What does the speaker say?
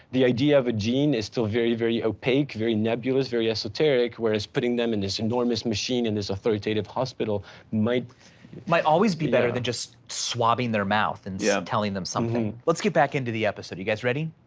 the idea of a gene is still very, very opaque, very nebulous, very esoteric, whereas putting them in this enormous machine and this authoritative hospital might might always be better than just swabbing their mouth and yeah telling them something. let's get back into the episode, you guys ready?